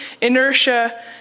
inertia